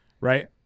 right